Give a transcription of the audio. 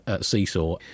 seesaw